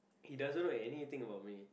he doesn't know anything about me